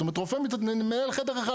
זאת אומרת, רופא מנהל חדר אחד.